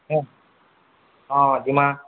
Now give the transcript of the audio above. ହଁ ହଁ ଯିମା